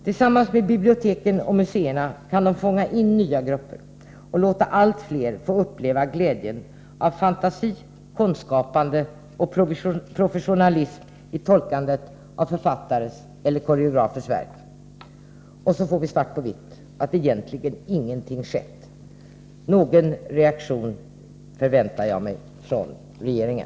Tillsammans med biblioteken och museerna kan man fånga in nya grupper och låta allt fler få uppleva glädjen av fantasi, konstskapande och professionalism i tolkandet av författares eller koreografers verk. Vi får då svart på vitt: Egentligen har inte någonting skett. Någon reaktion förväntar jag mig från regeringen.